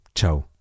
Ciao